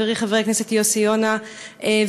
חברי חבר הכנסת יוסי יונה ואני.